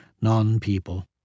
non-people